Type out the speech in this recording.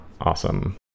awesome